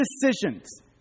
decisions